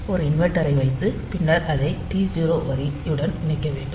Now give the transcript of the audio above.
ஒரு இன்வெர்ட்டரை வைத்து பின்னர் அதை T0 வரியுடன் இணைக்கவேண்டும்